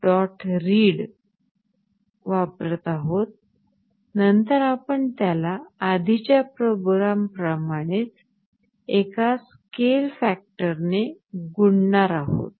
read वापरत आहोत नंतर आपण त्याला आधीच्या प्रोग्राम प्रमाणेच एका स्केल फॅक्टरने गुणणार आहोत